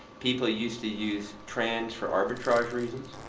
people used to use trans for arbitrage reasons.